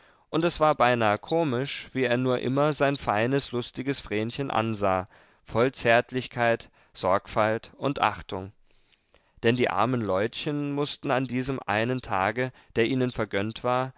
und es war beinahe komisch wie er nur immer sein feines lustiges vrenchen ansah voll zärtlichkeit sorgfalt und achtung denn die armen leutchen mußten an diesem einen tage der ihnen vergönnt war